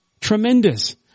tremendous